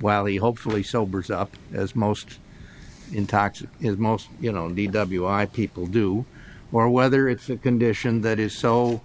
while he hopefully sobers up as most intox in most you know d w i people do or whether it's a condition that is so